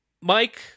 Mike